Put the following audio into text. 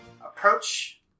approach